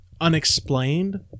unexplained